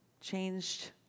changed